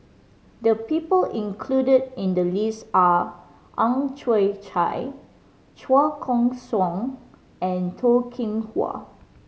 the people included in the list are Ang Chwee Chai Chua Koon Siong and Toh Kim Hwa